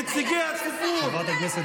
נציגי הציבור,